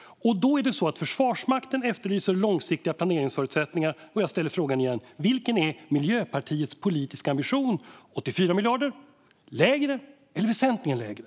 Försvarsmakten efterlyser långsiktiga planeringsförutsättningar, och jag ställer frågan igen: Vilken är Miljöpartiets politiska ambition - 84 miljarder, lägre eller väsentligen lägre?